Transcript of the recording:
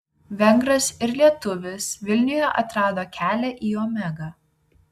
vengras ir lietuvis vilniuje atrado kelią į omegą